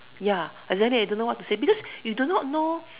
ya and then I don't know what to say because you do not know